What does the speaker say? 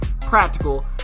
practical